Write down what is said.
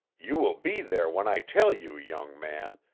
you will be there when i tell you, young man,